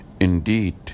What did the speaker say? Indeed